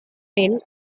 pel